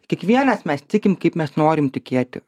kiekvienas mes tikim kaip mes norim tikėti